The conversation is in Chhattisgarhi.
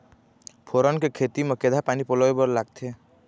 फोरन के खेती म केघा पानी पलोए बर लागथे?